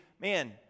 man